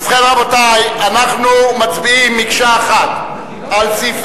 ובכן, רבותי, אנחנו מצביעים מקשה אחת על סעיף